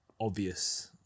obvious